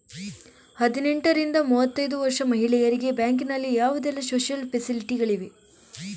ಹದಿನೆಂಟರಿಂದ ಮೂವತ್ತೈದು ವರ್ಷ ಮಹಿಳೆಯರಿಗೆ ಬ್ಯಾಂಕಿನಲ್ಲಿ ಯಾವುದೆಲ್ಲ ಸೋಶಿಯಲ್ ಫೆಸಿಲಿಟಿ ಗಳಿವೆ?